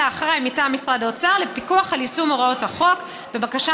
האחראי מטעם משרד האוצר לפיקוח על יישום הוראות החוק בבקשה